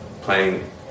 playing